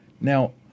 now